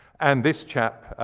and this chap,